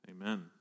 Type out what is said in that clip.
Amen